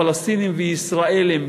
פלסטינים וישראלים,